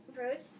Rose